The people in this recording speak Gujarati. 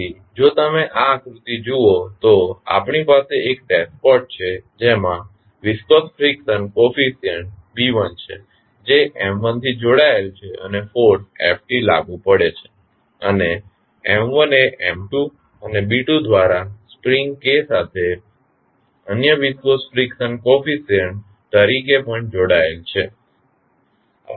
તેથી જો તમે આ આકૃતિ જુઓ તો આપણી પાસે એક ડેસ પોટ છે જેમાં વીસ્કોસ ફ્રીકશન કોફીસયંટ છે જે થી જોડાયેલ છે અને ફોર્સ લાગુ પડે છે અને એ અને દ્વારા સ્પ્રિંગ k સાથે અન્ય વીસ્કોસ ફ્રીકશન કોફીસયંટ તરીકે પણ જોડાયેલ છે